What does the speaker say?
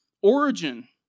Origin